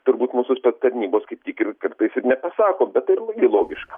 turbūt mūsų spec tarnybos kaip tik ir kartais ir nepasako bet tai irgi logiška